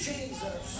Jesus